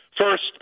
First